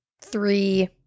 three